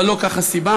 אבל לא זו הסיבה.